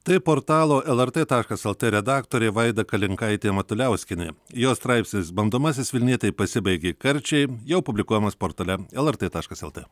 tai portalo lrt taškas lt redaktorė vaida kalinkaitė matuliauskienė jos straipsnis bandomasis vilnietei pasibaigė karčiai jau publikuojamas portale lrt taškas lt